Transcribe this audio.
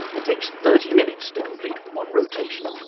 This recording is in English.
and takes thirty minutes to complete one rotation.